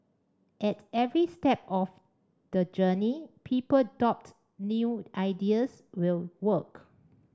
at every step of the journey people doubt new ideas will work